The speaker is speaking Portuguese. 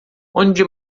onde